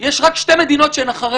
יש רק שתי מדינות אחרינו,